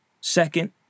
second